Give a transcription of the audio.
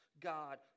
God